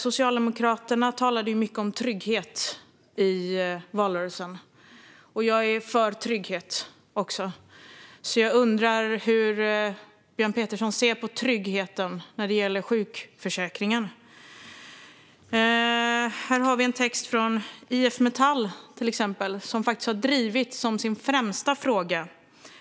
Socialdemokraterna talade mycket om trygghet i valrörelsen, och jag är också för trygghet. Jag undrar därför hur Björn Petersson ser på tryggheten när det gäller sjukförsäkringen. Jag har med mig en text från IF Metall, som har drivit